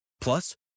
Plus